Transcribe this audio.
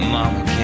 Mama